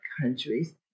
countries